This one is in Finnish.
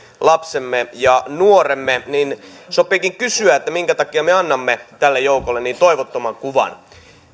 lapsemme ja nuoremme sopiikin kysyä minkä takia me me annamme tälle joukolle niin toivottoman kuvan